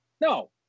no